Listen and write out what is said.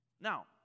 Now